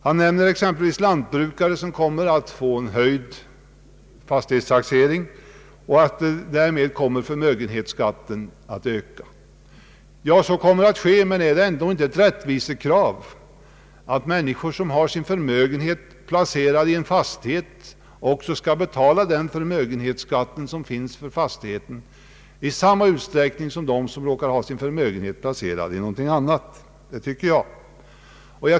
Han nämner att exempelvis lantbrukare kommer att få höjd fastighetstaxering. Därmed kommer förmögenhetsskatten att öka. Ja, så kommer att ske, men är det inte ett rättvisekrav att människor som har sin förmögenhet placerad i en fastighet också skall betala förmögenhetsskatt i samma utsträckning som de som råkar ha sin förmögenhet placerad i någonting annat? Det tycker jag.